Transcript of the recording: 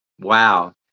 wow